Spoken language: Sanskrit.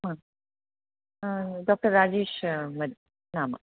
हा डाक्टर् राजेशः मध्य नाम